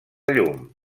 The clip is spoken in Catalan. llum